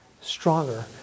stronger